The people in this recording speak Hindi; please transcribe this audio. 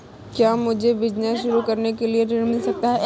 क्या मुझे बिजनेस शुरू करने के लिए ऋण मिल सकता है?